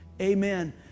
amen